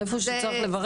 איפה שצריך לברך...